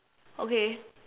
okay